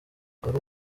wari